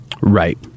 Right